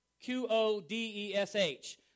Q-O-D-E-S-H